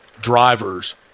drivers